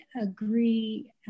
agree